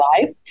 life